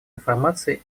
информации